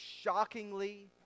shockingly